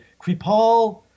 Kripal